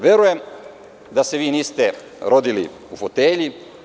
Verujem da se vi niste rodili u fotelji.